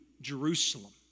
Jerusalem